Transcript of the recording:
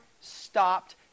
stopped